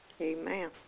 Amen